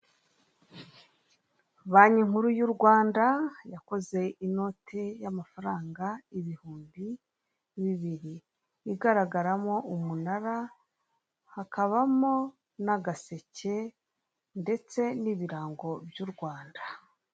Banki nkuru y'u Rwanda yakoze inoti y'amafaranga ibihumbi bibiri, igaragaramo umunara hakabamo n'agaseke ndetse n'ibirango by'u Rwanda.